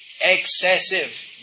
Excessive